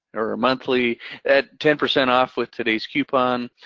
or monthly at ten percent off with today's coupon.